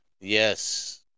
Yes